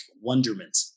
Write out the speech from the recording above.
wonderment